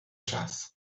czas